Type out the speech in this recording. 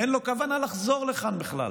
ואין לו כוונה לחזור לכאן בכלל,